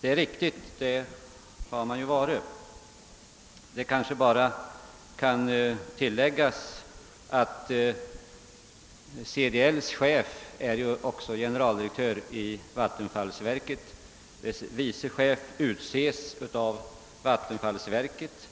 Det är riktigt att den har varit det, men det kanske kan tillläggas, att CDL:s chef också är generaldirektör för vattenfallsverket, att dess vice chef utses av vattenfallsverket